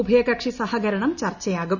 ഉഭയകക്ഷി സഹകരണം ചർച്ചയാകും